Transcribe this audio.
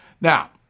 Now